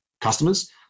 customers